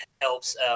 helps –